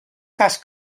cas